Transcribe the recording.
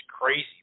crazy